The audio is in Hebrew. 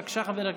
בבקשה, חבר הכנסת.